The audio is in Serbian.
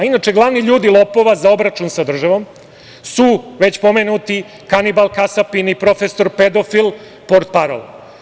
Inače, glavni ljudi lopova za obračun sa državom su već pomenuti kanibal, kasapin i profesor pedofil portparol.